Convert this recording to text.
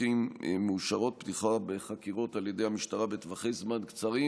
מאושרת פתיחה בחקירות על ידי המשטרה בטווחי זמן קצרים,